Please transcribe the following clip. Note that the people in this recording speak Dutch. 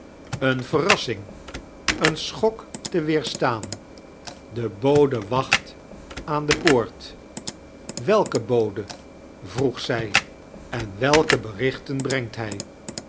eene varrassing eenj schok te weerotaan de bode wacht aan de poart welke bode vroeg zij en welke betrichtein bnemgt hij